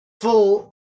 full